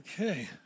Okay